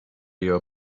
your